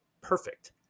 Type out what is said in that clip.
perfect